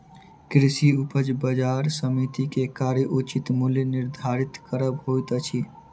कृषि उपज बजार समिति के कार्य उचित मूल्य निर्धारित करब होइत अछि